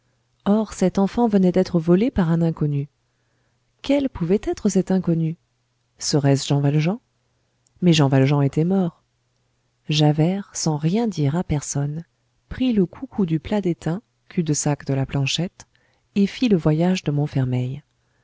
or cette enfant venait d'être volée par un inconnu quel pouvait être cet inconnu serait-ce jean valjean mais jean valjean était mort javert sans rien dire à personne prit le coucou du plat d'étain cul-de-sac de la planchette et fit le voyage de montfermeil